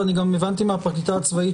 ואני גם הבנתי מהפרקליטה הצבאית